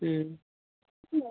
ꯎꯝ